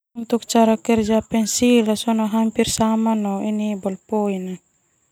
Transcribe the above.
Kerja pensil hampir sama no balpoin na.